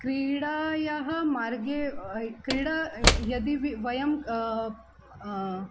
क्रीडायाः मार्गे क्रीडा यदि वि वयं